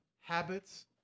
habits